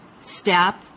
step